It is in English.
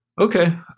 Okay